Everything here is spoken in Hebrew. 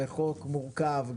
בחוק מורכב,